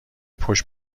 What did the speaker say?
پشت